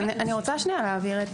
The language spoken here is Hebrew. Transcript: אני רוצה להבהיר.